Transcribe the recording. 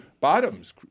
Bottoms